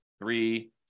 three